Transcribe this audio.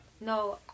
No